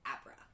Abra